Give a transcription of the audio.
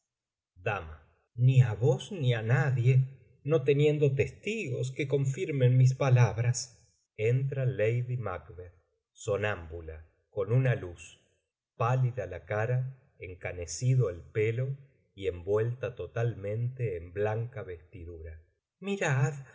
ni á vos ni á nadie no teniendo testigos que confirmen mis palabras entra lady macbeth sonámbula con una luz pálida la cara en canecido el pelo y envuelta totalmente en blanca vestidura mirad